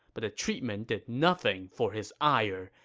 but the treatment did nothing for his ire,